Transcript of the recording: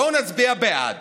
בואו נצביע בעד